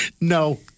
No